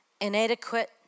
inadequate